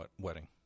wedding